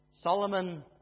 Solomon